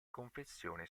confessione